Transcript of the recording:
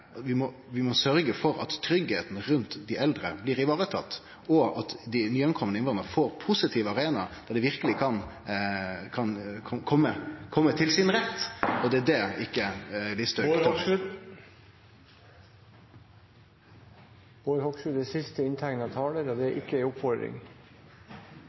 vi må sørgje for at tryggleiken rundt dei eldre blir tatt vare på, og at dei nykomne innvandrarane får positive arenaer der dei verkeleg kan kome til sin rett. Det er det ikkje